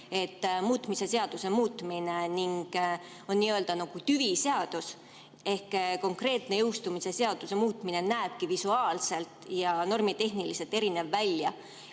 Muutmise seaduse muutmine on n-ö tüviseadus ja konkreetne jõustumise seaduse muutmine näebki visuaalselt ja normitehniliselt erinev välja.